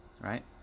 Right